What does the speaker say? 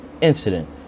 Incident